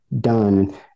done